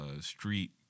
street